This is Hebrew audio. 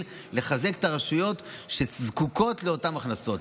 לחזק את הרשויות שזקוקות לאותן הכנסות.